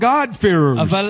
God-fearers